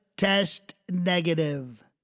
test negative